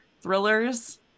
thrillers